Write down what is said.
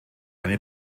eine